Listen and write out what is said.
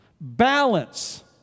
Balance